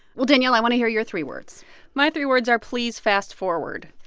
well, danielle, i want to hear your three words my three words are please fast forward.